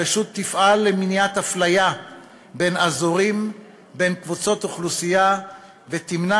הרשות תפעל למניעת אפליה בין אזורים ובין קבוצות אוכלוסייה ותמנע